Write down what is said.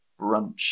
brunch